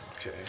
Okay